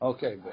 Okay